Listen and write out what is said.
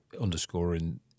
underscoring